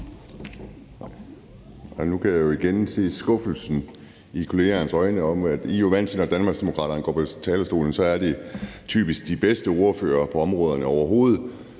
Nu kan jeg igen se skuffelsen i mine kollegers øjne. For man er jo vant til, at når Danmarksdemokraterne går på talerstolen, er det typisk de bedste ordførere, der findes på de områder, overhovedet.